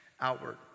outward